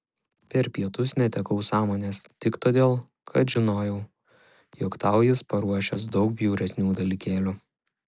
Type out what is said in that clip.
per pietus netekau sąmonės tik todėl kad žinojau jog tau jis paruošęs daug bjauresnių dalykėlių